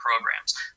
programs